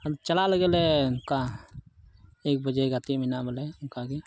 ᱪᱟᱞᱟᱜ ᱞᱟᱹᱜᱤᱫ ᱞᱮ ᱚᱱᱠᱟ ᱮᱹᱠ ᱵᱟᱡᱮ ᱜᱟᱛᱮ ᱢᱮᱱᱟᱜᱼᱟ ᱵᱚᱞᱮ ᱚᱱᱠᱟ ᱜᱮ